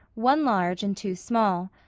one large and two small.